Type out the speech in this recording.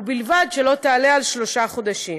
ובלבד שלא תעלה על שלושה חודשים.